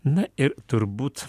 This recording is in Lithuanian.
na ir turbūt